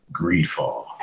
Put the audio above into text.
Greedfall